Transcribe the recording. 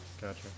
gotcha